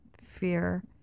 fear